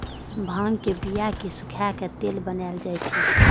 भांगक बिया कें सुखाए के तेल बनाएल जाइ छै